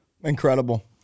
Incredible